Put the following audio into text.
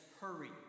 hurry